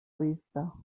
vista